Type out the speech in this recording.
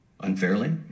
unfairly